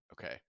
Okay